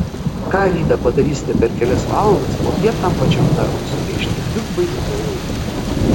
ką rytą padarysite per kelias valandas popiet tam pačiam darbui sugaišite dvigubai daugiau laiko